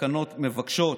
התקנות מבקשות